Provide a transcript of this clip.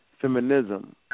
feminism